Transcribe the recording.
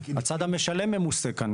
הצד המשלם מחויב במס כאן.